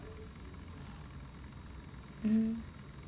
mm